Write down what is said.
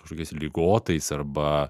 kažkokiais ligotais arba